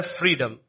freedom